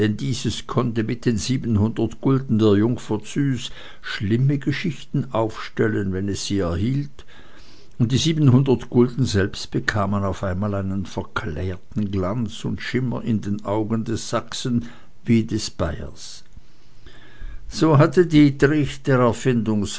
dieses konnte mit den siebenhundert gulden der jungfer züs schlimme geschichten aufstellen wenn es sie erhielt und die siebenhundert gulden selbst bekamen auf einmal einen verklärten glanz und schimmer in den augen des sachsen wie des bayers so hatte dietrich der